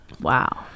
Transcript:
wow